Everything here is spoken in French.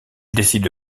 décide